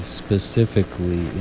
specifically